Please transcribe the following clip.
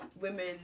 women